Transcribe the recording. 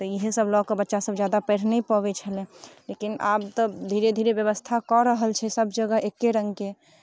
तऽ इएहसभ लऽ कऽ बच्चासभ ज्यादा पढ़ि नहि पबैत छलै लेकिन आब तऽ धीरे धीरे व्यवस्था कऽ रहल छै सभजगह एक्के रङ्गके